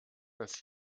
dass